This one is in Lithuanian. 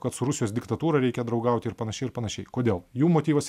kad su rusijos diktatūra reikia draugauti ir panašiai ir panašiai kodėl jų motyvas